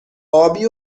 آبی